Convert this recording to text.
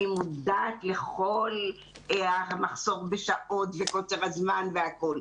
אני מודעת לכל המחסור בשעות וקוצר הזמן והכול.